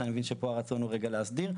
שאני מבין שפה הרצון הוא להסדיר,